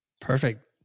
Perfect